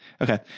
Okay